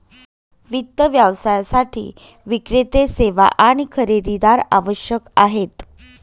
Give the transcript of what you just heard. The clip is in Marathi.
वित्त व्यवसायासाठी विक्रेते, सेवा आणि खरेदीदार आवश्यक आहेत